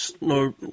no